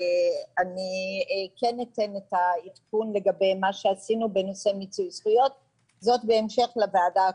את העדכון לגבי מה שעשינו בנושא מיצוי זכויות בהמשך לוועדה הקודמת.